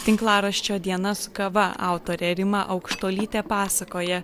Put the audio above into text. tinklaraščio diena su kava autorė rima aukštuolytė pasakoja